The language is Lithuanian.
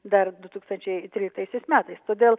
dar du tūkstančiai tryliktaisiais metais todėl